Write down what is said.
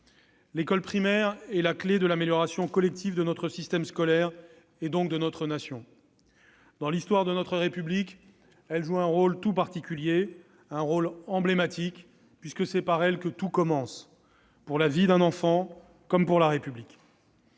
l'école primaire est la clé de l'amélioration collective de notre système scolaire et, donc, de notre Nation. Elle joue, dans l'histoire de notre République, un rôle tout particulier, un rôle emblématique : c'est par elle que tout commence pour la vie d'un enfant comme pour la République.